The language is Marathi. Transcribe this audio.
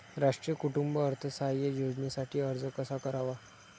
राष्ट्रीय कुटुंब अर्थसहाय्य योजनेसाठी अर्ज कसा करावा?